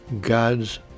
God's